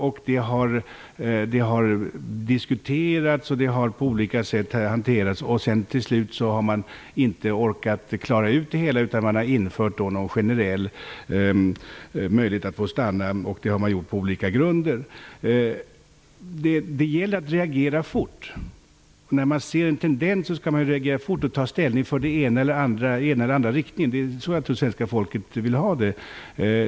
Man har diskuterat, men till slut har man inte orkat klara ut det hela utan har infört en generell möjlighet att på olika grunder låta dem stanna. När man ser en tendens, skall man reagera fort och ta ställning i den ena eller andra riktningen. Så tror jag att svenska folket vill ha det.